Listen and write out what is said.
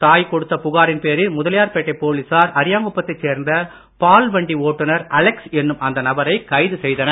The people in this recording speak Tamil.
தாய் கொடுத்த புகாரின் பேரில் முதலியார் பேட்டை போலிசார் அரியாங்குப்பத்தைச் சேர்ந்த பால் வண்டி ஓட்டுனர் அலெக்ஸ் என்னும் அந்த நபரை கைது செய்தனர்